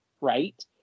right